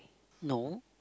no